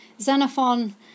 Xenophon